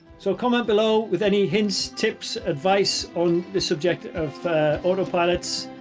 so comment below with any hints tips advice on the subject of auto pilots.